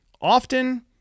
Often